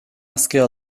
askıya